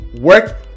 work